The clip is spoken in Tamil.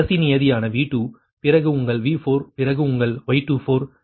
கடைசி நியதியான V2 பிறகு உங்கள் V4 பிறகு உங்கள் Y24 பிறகு sin 24 24